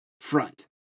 front